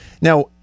Now